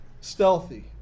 stealthy